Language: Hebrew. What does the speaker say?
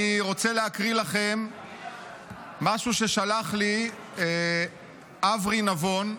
אני רוצה להקריא לכם משהו ששלח לי אברי נבון.